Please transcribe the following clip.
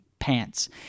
pants